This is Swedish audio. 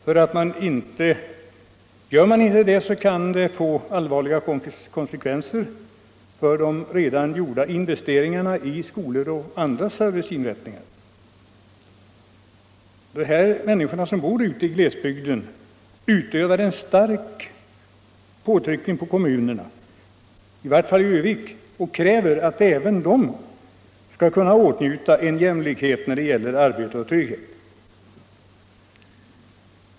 Gör man inte det kan det få allvarliga konsekvenser för de redan gjorda investeringarna i skolor och andra serviceinrättningar. Dessa människor som bor ute i glesbygden utövar en stark påtryckning på kommunen, i vart fall Örnsköldsvik, och kräver att även de skall kunna åtnjuta jämlikhet när det gäller arbete och trygghet.